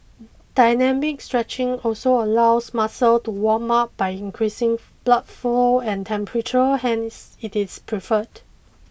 dynamic stretching also allows muscles to warm up by increasing blood flow and temperature hence it is preferred